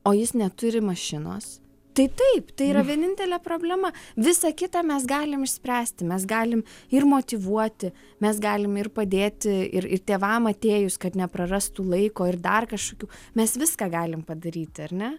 o jis neturi mašinos tai taip tai yra vienintelė problema visą kitą mes galim išspręsti mes galim ir motyvuoti mes galim ir padėti ir ir tėvam atėjus kad neprarastų laiko ir dar kažkokių mes viską galim padaryti ar ne